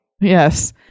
Yes